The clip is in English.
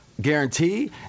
guarantee